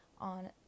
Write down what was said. on